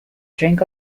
drink